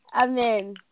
Amen